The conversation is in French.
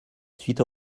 suite